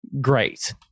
great